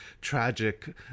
tragic